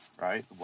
right